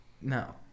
No